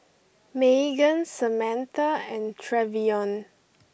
Meagan Samantha and Trevion